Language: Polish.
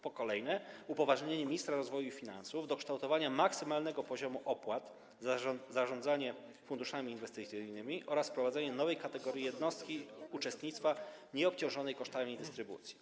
Punkt kolejny to upoważnienie ministra rozwoju i finansów do kształtowania maksymalnego poziomu opłat za zarządzanie funduszami inwestycyjnymi oraz wprowadzenie nowej kategorii jednostki uczestnictwa nieobciążonej kosztami dystrybucji.